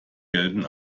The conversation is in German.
gelten